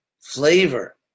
flavor